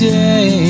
day